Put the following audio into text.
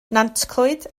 nantclwyd